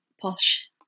posh